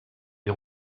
des